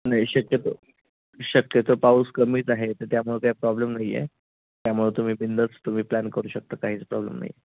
नाही शक्यतो शक्यतो पाऊस कमीच आहे इथे त्यामुळे काय प्रॉब्लेम नाही आहे त्यामुळं तुम्ही बिनधास्त तुम्ही प्लॅन करू शकता काहीच प्रॉब्लेम नाही